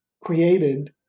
created